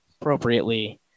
appropriately